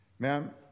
Ma'am